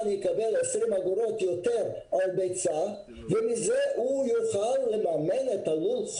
מקבל 20 אגורות יותר על ביצה ומזה הוא מממן את לול.